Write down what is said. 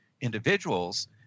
individuals